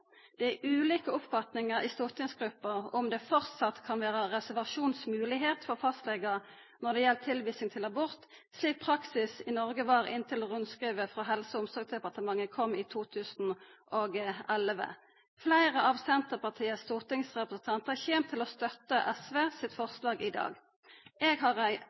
Det er ulike oppfatningar i stortingsgruppa om det framleis kan vera reservasjonsmoglegheit for fastlegar når det gjeld tilvising til abort, slik praksis var i Noreg inntil rundskrivet frå Helse- og omsorgsdepartementet kom i 2011. Fleire av Senterpartiets stortingsrepresentantar kjem til å støtta SVs forslag i dag. Eg har ei